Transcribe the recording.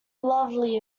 lovely